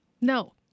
No